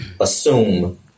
assume